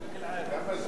כמה זמן יש,